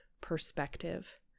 perspective